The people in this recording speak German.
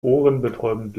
ohrenbetäubend